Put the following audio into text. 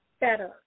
better